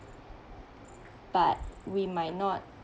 but we might not